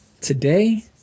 today